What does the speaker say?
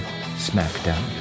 smackdown